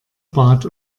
bat